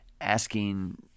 asking